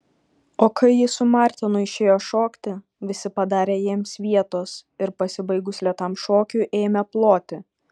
o kai ji su martenu išėjo šokti visi padarė jiems vietos ir pasibaigus lėtam šokiui ėmė ploti